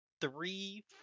three